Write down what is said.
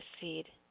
seed